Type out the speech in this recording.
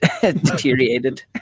deteriorated